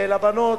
לבנות,